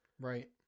Right